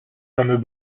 fameux